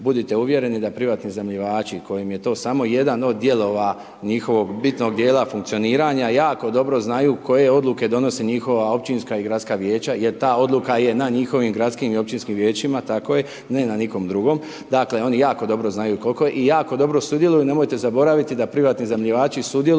budite uvjereni da privatni iznajmljivači kojim je to samo jedan od dijelova njihovog bitnog dijela funkcioniranja, jako dobro znaju koje Odluke donosi njihova općinska i gradska vijeća, jer ta Odluka je na njihovim gradskim i općinskim vijećima, tako je, ne na nikom drugom. Dakle, oni jako dobro znaju kol'ko je, i jako dobro sudjeluju, nemojte zaboraviti da privatni iznajmljivači sudjeluju